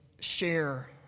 share